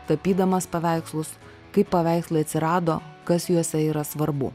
tapydamas paveikslus kaip paveikslai atsirado kas juose yra svarbu